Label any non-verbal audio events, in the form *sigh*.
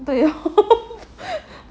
*laughs*